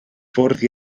fwrdd